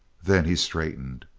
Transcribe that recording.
then he straightened.